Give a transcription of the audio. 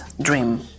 dream